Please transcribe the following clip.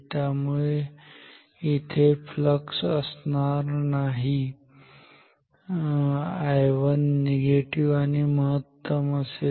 त्यामुळे इथे फ्लक्स असणार नाही I1 निगेटिव्ह आणि महत्तम असेल